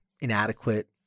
inadequate